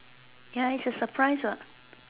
ya it's a surprise what